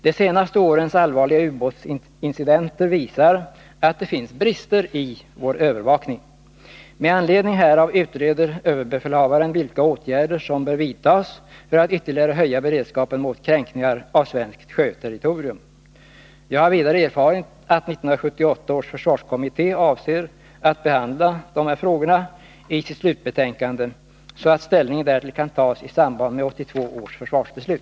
De senaste årens allvarliga ubåtsincidenter visar att det finns brister i vår övervakning. Med anledning härav utreder överbefälhavaren vilka åtgärder som bör vidtas för att ytterligare höja beredskapen mot kränkningar av svenskt sjöterritorium. Jag har vidare erfarit att 1978 års försvarskommitté avser att behandla dessa frågor i sitt slutbetänkande, så att ställning därtill kan tas i samband med 1982 års försvarsbeslut.